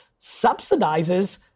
subsidizes